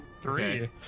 Three